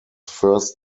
first